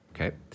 Okay